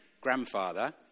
grandfather